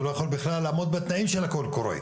הוא לא יכול בכלל לעמוד בתנאים של הקול קורא.